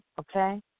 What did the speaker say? okay